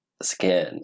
Skin